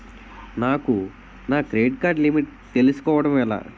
నాకు నా credit card limit తెలుసుకోవడం ఎలా?